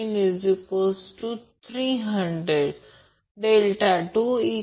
5 0 15 30021j1